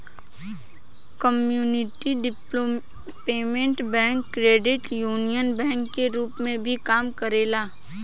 community development bank credit union bank के रूप में भी काम करेला